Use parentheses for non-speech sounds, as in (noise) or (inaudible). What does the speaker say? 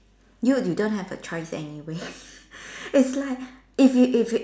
dude you don't have a choice anyway (laughs) it's like if you if you